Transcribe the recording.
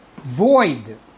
void